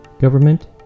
government